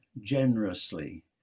generously